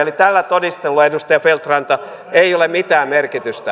eli tällä todistelulla edustaja feldt ranta ei ole mitään merkitystä